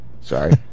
Sorry